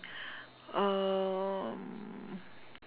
um